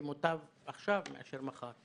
ומוטב עכשיו מאשר מחר.